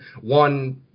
One